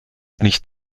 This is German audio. nicht